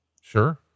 Sure